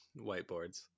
whiteboards